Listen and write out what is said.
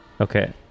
Okay